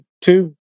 two